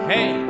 Hey